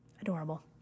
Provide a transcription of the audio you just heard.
Adorable